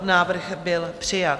Návrh byl přijat.